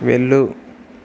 వెళ్ళు